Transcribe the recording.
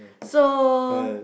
so